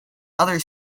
other